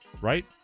right